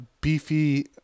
beefy